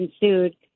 ensued